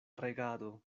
regado